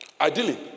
ideally